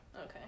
Okay